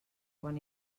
quan